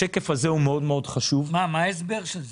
מה ההסבר של זה?